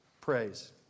praise